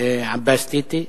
עבאס תיתי,